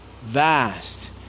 vast